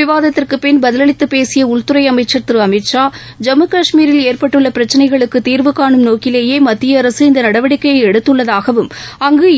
விவாதத்திற்குப் பின் பதிலளித்துப் பேசியஉள்துறைஅமைச்சர் திருஅமித்ஷா ஜம்மு கஷ்மீரில் ஏற்பட்டுள்ளபிரச்சினைகளுக்குதீர்வுகாணும் நோக்கிலேயேமத்தியஅரசு இந்தநடவடிக்கையைஎடுத்துள்ளதாகவும்